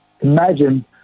imagine